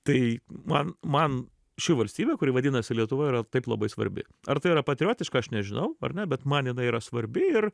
tai man man ši valstybė kuri vadinasi lietuva yra taip labai svarbi ar tai yra patriotiška aš nežinau ar ne bet man jinai yra svarbi ir